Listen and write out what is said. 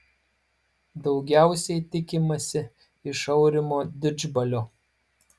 daugiausiai tikimasi iš aurimo didžbalio